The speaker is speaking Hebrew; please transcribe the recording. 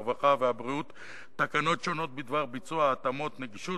הרווחה והבריאות תקנות שונות בדבר ביצוע התאמות נגישות